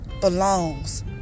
belongs